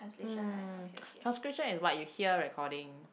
hmm transcription is what you hear recording